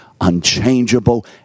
unchangeable